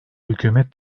hükümet